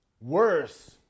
Worse